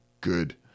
good